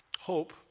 Hope